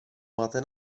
máte